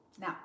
Now